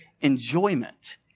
enjoyment